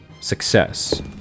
Success